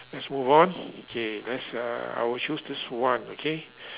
let's move on okay let's uh I will choose this one okay